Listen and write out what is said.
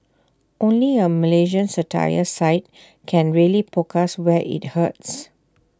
only A Malaysian satire site can really poke us where IT hurts